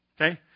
Okay